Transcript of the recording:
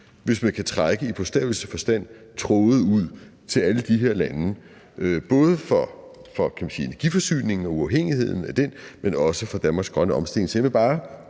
hvis man i bogstaveligste forstand kan trække tråde ud til alle de her lande, både for energiforsyningen og uafhængigheden af den, men også for Danmarks grønne omstilling.